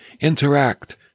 interact